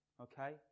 Okay